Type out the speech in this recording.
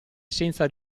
senza